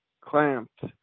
clamped